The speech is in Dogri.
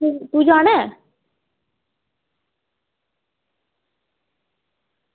तूं जाना ऐ